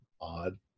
odd